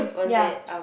ya